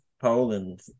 Poland